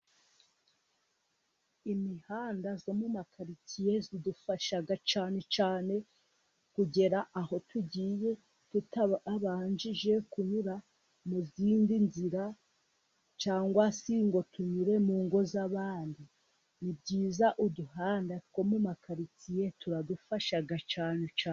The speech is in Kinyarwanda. Imihanda yo mu makaritsiye idufasha cyane cyane kugera aho tugiye, tutabanje kunyura mu zindi nzira, cyangwa se ngo tunyure mu ngo z'abandi. Ni byiza uduhanda two mu makaritsiye turadufasha cyane cyane.